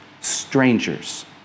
Strangers